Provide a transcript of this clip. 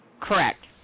Correct